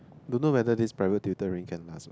don't whether this private tutor really can last